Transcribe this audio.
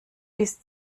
bis